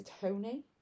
Tony